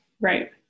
Right